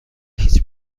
هیچ